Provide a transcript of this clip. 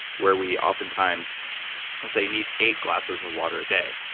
where we oftentimes will say, you need eight glasses of water a day.